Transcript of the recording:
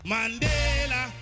Mandela